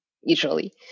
usually